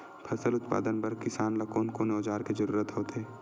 फसल उत्पादन बर किसान ला कोन कोन औजार के जरूरत होथे?